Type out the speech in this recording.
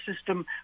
system